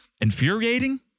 Infuriating